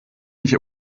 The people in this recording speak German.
nicht